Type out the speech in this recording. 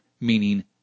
meaning